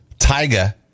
Tyga